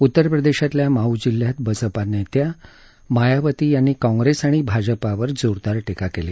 उत्तर प्रदेशातल्या माऊ जिल्ह्यात बसपा नेत्या मायावती यांनी काँप्रेस आणि भाजपावर जोरदार टीका केली